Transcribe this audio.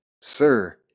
Sir